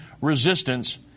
resistance